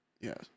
Yes